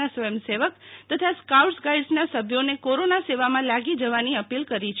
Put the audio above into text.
ના સ્વયં સેવક તથા સ્કાઉટ્સ ગાઈડ્સના સભ્યોને કોરોના સેવામાં લાગી જવાની અપીલ કરી છે